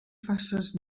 faces